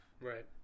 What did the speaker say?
Right